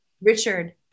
Richard